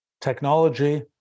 Technology